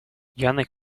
janek